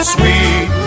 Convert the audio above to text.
Sweet